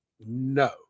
No